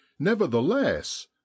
nevertheless